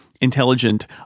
intelligent